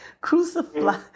Crucify